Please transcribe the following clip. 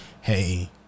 hey